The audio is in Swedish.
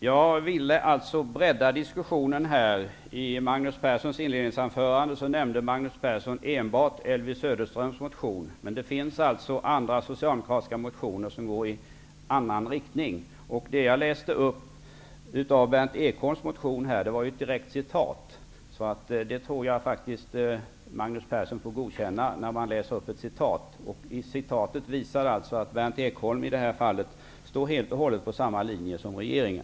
Herr talman! Jag ville bredda diskussionen. I Magnus Perssons inledningsanförande nämnde han enbart Elvy Söderströms motion. Men det finns alltså andra socialdemokratiska motioner som går i annan riktning. Det jag läste upp från Berndt Ekholms motion var ett direkt citat, och det tror jag att Magnus Persson faktiskt får godkänna. Citatet visade att Berndt Ekholm i detta fall går helt och hållet på samma linje som regeringen.